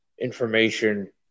information